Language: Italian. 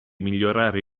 migliorare